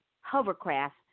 hovercraft